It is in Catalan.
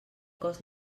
cos